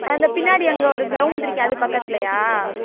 அந்த பின்னாடி அங்கே ஒரு க்ரௌவுண்ட் இருக்கே அது பக்கத்துலேயா